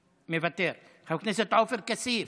מוותר, חבר הכנסת עופר כסיף,